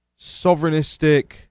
sovereignistic